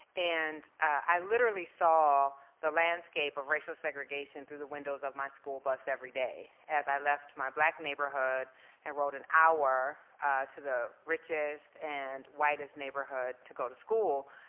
and i literally saw the landscape of racial segregation through the windows of my school bus every day. as i left my black neighborhood and rode an hour to the richest and whitest neighborhood to go to school,